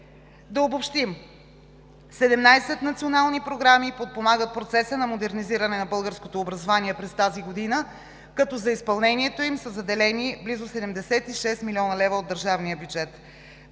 Да обобщим: 17 национални програми подпомагат процеса на модернизиране на българското образование през тази година, като за изпълнението им са заделени близо 76 млн. лв. от държавния бюджет.